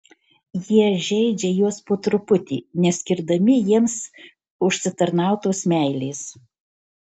jie žeidžia juos po truputį neskirdami jiems užsitarnautos meilės